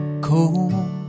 Cold